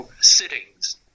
sittings